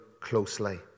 closely